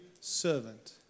servant